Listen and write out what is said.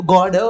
God